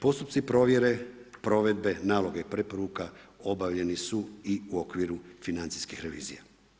Postupci provjere provedbe naloga i preporuka obavljeni su i u okviru financijskih revizija.